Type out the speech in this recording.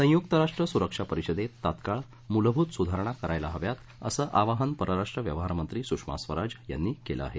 संयुक्त राष्ट्र सुरक्षा परिषदेत तात्काळ मूलभूत सुधारणा करायला हव्यात असं आवाहन परराष्ट्र व्यवहार मंत्री सुषमा स्वराज यांनी केलं आहे